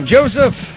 Joseph